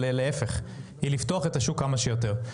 אלא להפך לפתוח את השוק כמה שיותר.